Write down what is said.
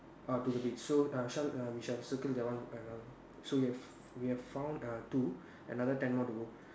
uh to the beach so err shall err we shall circle that one another one so we have we have found uh two another ten more to go